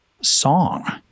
song